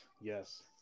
yes